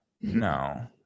No